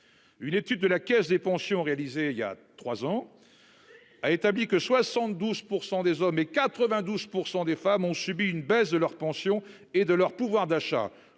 Une étude de la caisse des pensions réalisé il y a 3 ans. A établi que 72% des hommes et 92% des femmes ont subi une baisse de leur pension et de leur pouvoir d'achat.